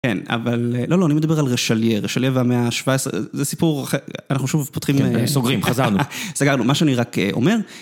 כן, אבל... -לא, לא, אני מדבר על רשלייה, רשלייה והמאה ה-17, זה סיפור אחר... אנחנו שוב פותחים... -כן, סוגרים, חזרנו. -סגרנו, מה שאני רק אומר...